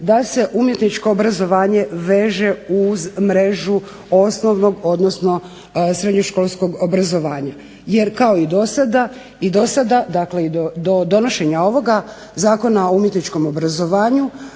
da se umjetničko obrazovanje veže uz mrežu osnovnog, odnosno srednjoškolskog obrazovanja. Jer kao i dosada, dakle i do donošenja ovoga Zakona o umjetničkom obrazovanju,